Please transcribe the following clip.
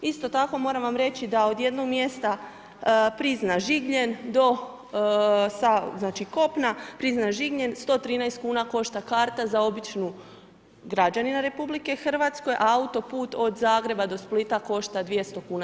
Isto tako moram vam reći da od jednog mjesta Prizna-Žigljen do sa kopna, Prizna-Žigljen 113 kn košta karta za običnog građanina RH, a autoput od Zagreba do Splita košta 200kn.